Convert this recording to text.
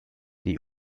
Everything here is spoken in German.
die